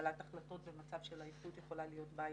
וקבלת החלטות במצב של עייפות יכולה להיות בעייתית.